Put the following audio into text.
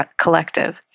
Collective